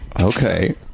Okay